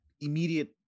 immediate